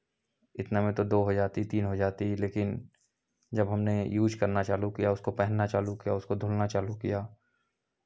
इतना में तो दो हो जाती तीन हो जाती लेकिन जब हमने यूज़ करना चालू किया उसको पहनना चालू किया उसको धुलना चालू किया